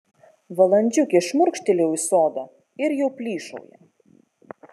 valandžiukei šmurkštelėjau į sodą ir jau plyšauja